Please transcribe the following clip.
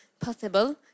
possible